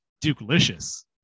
Duke-licious